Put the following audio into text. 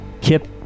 Kip